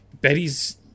Betty's